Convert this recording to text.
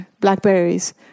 blackberries